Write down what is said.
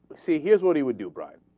see here's what he would do bright ah.